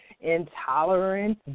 Intolerance